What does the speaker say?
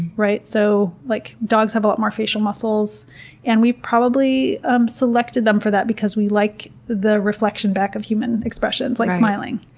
right? so like dogs have a lot more facial muscles and we probably um selected them for that because we like the reflection back of human expressions, like smiling.